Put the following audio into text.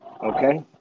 Okay